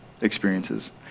experiences